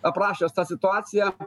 aprašęs tą situaciją